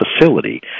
facility